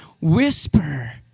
whisper